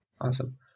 Awesome